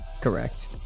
Correct